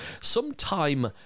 Sometime